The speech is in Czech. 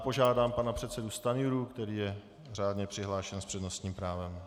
Požádám pana předsedu Stanjuru, který je řádně přihlášen s přednostním právem.